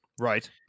Right